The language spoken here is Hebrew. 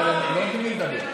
אבל לא נותנים לי לדבר.